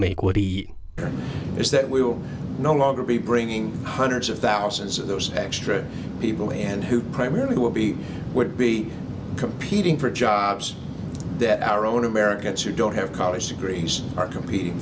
make what he is that we will no longer be bringing hundreds of thousands of those extra people and who primarily would be would be competing for jobs that our own americans who don't have college degrees are competing